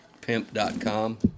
pimp.com